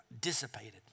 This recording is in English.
dissipated